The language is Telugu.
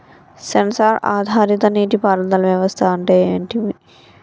సెన్సార్ ఆధారిత నీటి పారుదల వ్యవస్థ అంటే ఏమిటి?